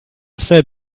said